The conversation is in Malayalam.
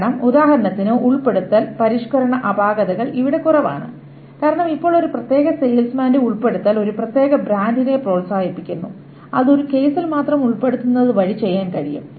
കാരണം ഉദാഹരണത്തിന് ഉൾപ്പെടുത്തൽ പരിഷ്ക്കരണ അപാകതകൾ ഇവിടെ കുറവാണ് കാരണം ഇപ്പോൾ ഒരു പ്രത്യേക സെയിൽസ്മാന്റെ ഉൾപ്പെടുത്തൽ ഒരു പ്രത്യേക ബ്രാൻഡിനെ പ്രോത്സാഹിപ്പിക്കുന്നു അത് ഒരു കേസിൽ മാത്രം ഉൾപ്പെടുത്തുന്നത് വഴി ചെയ്യാൻ കഴിയും